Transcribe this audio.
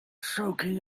soaking